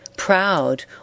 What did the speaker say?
proud